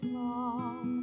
long